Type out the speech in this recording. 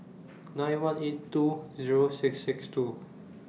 nine one eight two Zero six six two